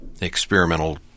experimental